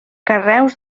carreus